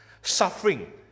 Suffering